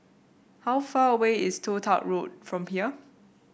how far away is Toh Tuck Road from here